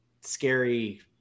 scary